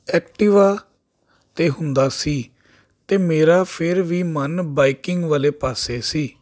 Activa 'ਤੇ ਹੁੰਦਾ ਸੀ ਅਤੇ ਮੇਰਾ ਫਿਰ ਵੀ ਮਨ ਬਾਈਕਿੰਗ ਵਾਲੇ ਪਾਸੇ ਸੀ